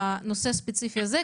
בנושא הספציפי הזה?